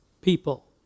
People